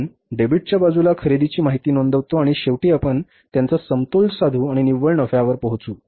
आपण डेबिटच्या बाजूला खरेदीची माहिती नोंदवतो आणि शेवटी आपण त्यांचा समतोल साधू आणि निव्वळ नफ्यावर पोहोचु